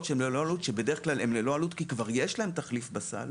שהן ללא עלות ובדרך כלל הן ללא עלות כי כבר יש להן תחליף בסל